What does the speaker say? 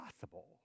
possible